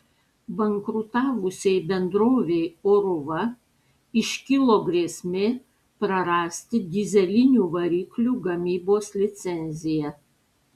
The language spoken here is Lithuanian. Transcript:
bankrutavusiai bendrovei oruva iškilo grėsmė prarasti dyzelinių variklių gamybos licenciją